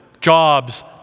jobs